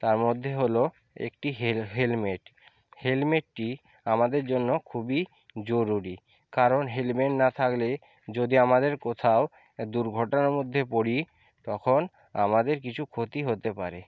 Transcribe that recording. তার মধ্যে হলো একটি হেলমেট হেলমেটটি আমাদের জন্য খুবই জরুরি কারণ হেলমেট না থাকলে যদি আমাদের কোথাও দুর্ঘটনার মধ্যে পড়ি তখন আমাদের কিছু ক্ষতি হতে পারে